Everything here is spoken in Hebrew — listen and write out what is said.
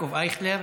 יעקב אייכלר,